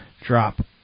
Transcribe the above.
drop